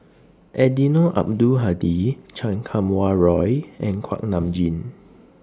Eddino Abdul Hadi Chan Kum Wah Roy and Kuak Nam Jin